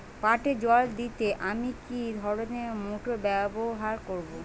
পাটে জল দিতে আমি কি ধরনের মোটর ব্যবহার করব?